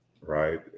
right